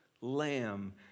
lamb